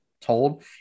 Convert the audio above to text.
told